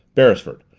beresford,